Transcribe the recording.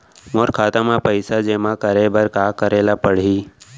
मोर खाता म पइसा जेमा करे बर का करे ल पड़ही?